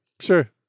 sure